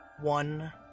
One